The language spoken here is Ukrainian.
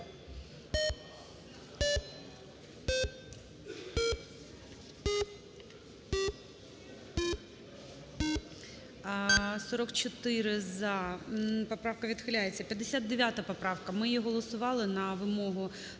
За-44 Поправка відхиляється. 59 поправка. Ми її голосували на вимогу